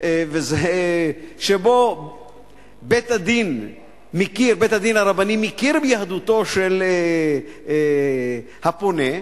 שבו בית-הדין הרבני מכיר ביהדותו של הפונה,